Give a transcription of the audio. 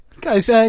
guys